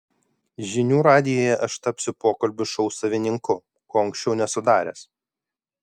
žinių radijuje aš tapsiu pokalbių šou savininku ko anksčiau nesu daręs